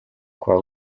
kwa